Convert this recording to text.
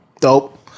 Dope